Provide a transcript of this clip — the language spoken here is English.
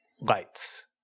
lights